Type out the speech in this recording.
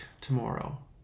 tomorrow